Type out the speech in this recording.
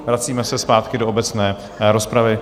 Vracíme se zpátky do obecné rozpravy.